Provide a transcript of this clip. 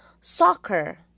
soccer